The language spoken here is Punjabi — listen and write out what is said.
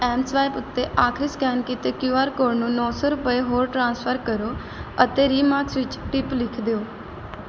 ਐੱਮਸਵਾਇਪ ਉੱਤੇ ਆਖਰੀ ਸਕੈਨ ਕੀਤੇ ਕਿਯੂ ਆਰ ਕੋਡ ਨੂੰ ਨੌਂ ਸੌ ਰੁਪਏ ਹੋਰ ਟ੍ਰਾਂਸਫਰ ਕਰੋ ਅਤੇ ਰੀਮਾਰਕਸ ਵਿੱਚ ਟਿਪ ਲਿਖ ਦਿਓ